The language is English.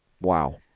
Wow